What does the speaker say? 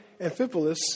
Amphipolis